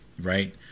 Right